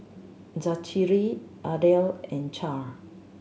Zachery Ardell and Chaz